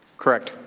correct.